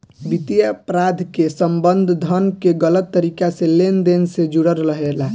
वित्तीय अपराध के संबंध धन के गलत तरीका से लेन देन से जुड़ल रहेला